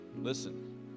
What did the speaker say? listen